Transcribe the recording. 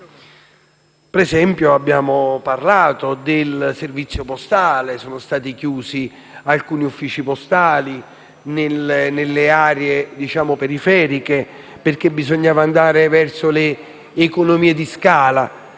Per esempio, abbiamo parlato del servizio postale. Sono stati chiusi alcuni uffici postali nelle aree periferiche perché bisognava realizzare economie di scala.